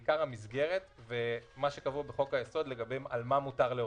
בעיקר המסגרת ומה שקבוע בחוק היסוד לגבי על מה מותר להוציא.